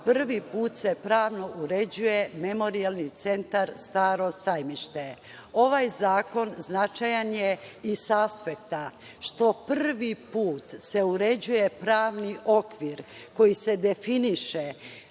prvi put se pravno uređuje memorijalni centar „Staro sajmište“.Ovaj zakon značajan je i sa aspekta što prvi put se uređuje pravni okvir kojim se definiše